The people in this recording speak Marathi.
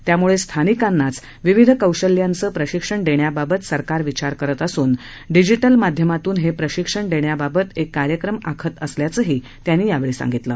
त्यामुळे स्थानिकांनाच विविध कौशल्याचं प्रशिक्षण देण्याबाबत सरकार विचार करत असून डिजीटल माध्यमातून हे प्रशिक्षण देण्याबाबत एक कार्यक्रम आखत असल्याचंही त्यांनी यावेळी सांगितलं